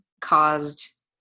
caused